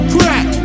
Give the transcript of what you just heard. Crack